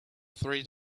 three